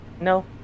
No